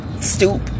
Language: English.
Stoop